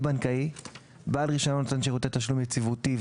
בנקאי; בעל רישיון נותן שירותי תשלום יציבותי,